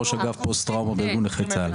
ראש אגף פוסט טראומה בארגון נכי צה"ל.